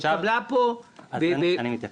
אני מתייחס.